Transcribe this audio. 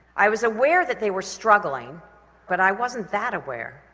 i was aware that they were struggling but i wasn't that aware,